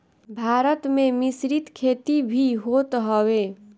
भारत में मिश्रित खेती भी होत हवे